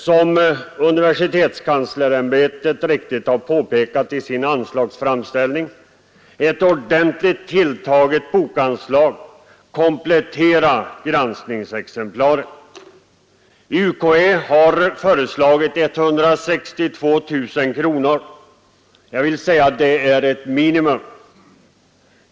Som universitetskanslersämbetet riktigt påpekat i sin anslagsframställning för nästa budgetår måste nu ett ordentligt tilltaget bokanslag komplettera granskningsexemplaret. UKÄ har föreslagit 162 000 kronor. Jag anser detta vara ett minimum.